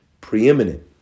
preeminent